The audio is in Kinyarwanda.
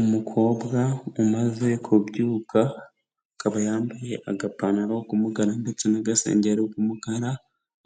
Umukobwa umaze kubyuka, akaba yambaye agapantaro k'umugara ndetse n'agasengeri k'umukara,